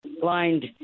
blind